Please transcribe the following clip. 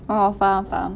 oh faham faham